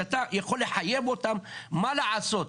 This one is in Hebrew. שאתה יכול לחייב אותם מה לעשות.